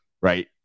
Right